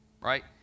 right